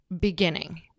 beginning